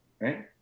right